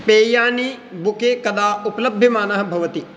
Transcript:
पेयानि बुके कदा उपलभ्यमानः भवति